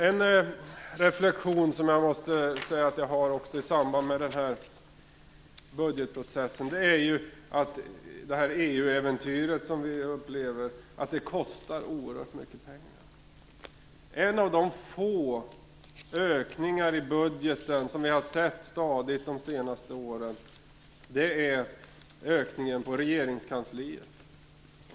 En reflexion som jag gör i samband med budgetprocessen är att det EU-äventyr vi upplever kostar oerhört mycket pengar. En av de få stadiga ökningar i budgeten som vi har sett de senaste åren är ökningen för regeringskansliet.